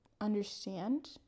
understand